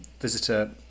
visitor